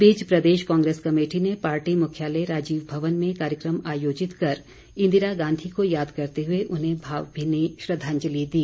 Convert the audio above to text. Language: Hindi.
इस बीच प्रदेश कांग्रेस कमेटी ने पार्टी मुख्यालय राजीव भवन में कार्यकम आयोजित कर इंदिरा गांधी को याद करते हुए उन्हें भावभीनी श्रद्दांजलि दी